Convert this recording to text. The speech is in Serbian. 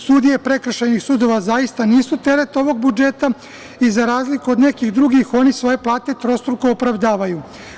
Sudije prekršajnih sudova zaista nisu teret ovog budžeta i za razliku od nekih drugih, oni svoje plate trostruko opravdavaju.